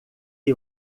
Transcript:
que